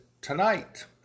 tonight